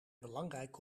belangrijk